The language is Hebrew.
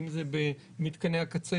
אם זה במתקני הקצה,